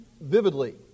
vividly